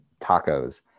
tacos